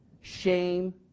shame